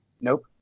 Nope